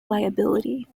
liability